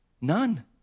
None